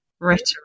rhetoric